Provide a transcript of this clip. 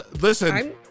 Listen